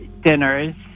dinners